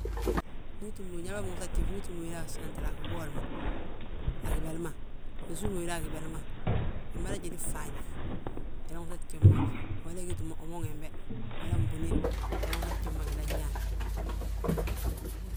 Ndu utúm, njali ma binwosa gjif ndu utúm wéde a gibol ma, a gibel ma, usúli wéde a gbel ma. Umada jédi fŧafñe, unan wosa gjif ma, umada ndu ugiti mo omon wembe, walla mbúne, inan wosa gjif ma ginan ñaan.